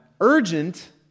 Urgent